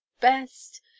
best